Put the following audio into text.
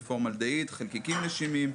חלקיקים נשימים,